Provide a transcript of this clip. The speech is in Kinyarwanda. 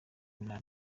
minaj